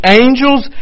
angels